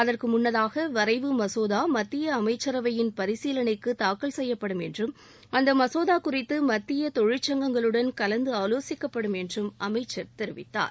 அதற்கு முன்னதாக வரைவு மசோதா மத்திய அமைச்சரவையின் பரிசீலனைக்கு தாக்கல் செய்யப்படும் என்றும் அந்த மசோதா குறித்து மத்திய தொழிற்சங்கங்களுடன் கலந்து ஆலோசிக்கப்படும் என்றும் அமைச்சர் தெரிவித்தார்